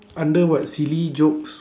under what silly jokes